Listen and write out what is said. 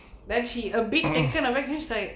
then she a bit taken away her say